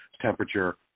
temperature